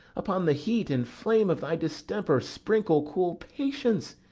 upon the heat and flame of thy distemper sprinkle cool patience!